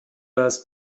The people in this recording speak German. das